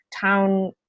town